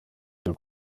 cyo